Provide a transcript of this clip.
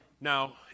Now